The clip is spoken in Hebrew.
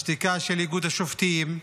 השתיקה של איגוד השופטים,